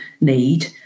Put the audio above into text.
need